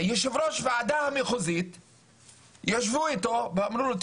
ישבו עם יושב ראש הוועדה המחוזית ואמרו לו,